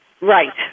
Right